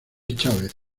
chávez